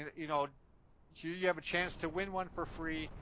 you know you you have a chance to win one for free.